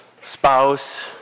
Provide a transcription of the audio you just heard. spouse